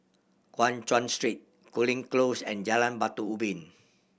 Guan Chuan Street Cooling Close and Jalan Batu Ubin